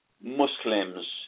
Muslims